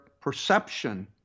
perception